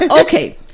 Okay